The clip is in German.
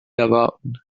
erwarten